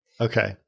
okay